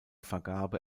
vergabe